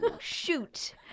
shoot